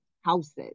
houses